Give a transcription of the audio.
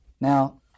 Now